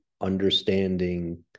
understanding